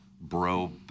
bro